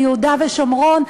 על יהודה ושומרון,